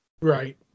Right